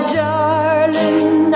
darling